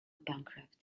bankrupt